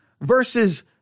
versus